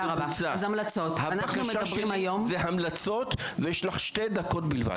הבקשה שלי זה המלצות ויש לך שתי דקות בלבד.